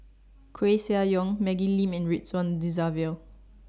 Koeh Sia Yong Maggie Lim and Ridzwan Dzafir